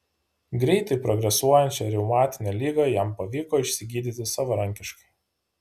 greitai progresuojančią reumatinę ligą jam pavyko išsigydyti savarankiškai